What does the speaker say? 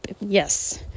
yes